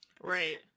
Right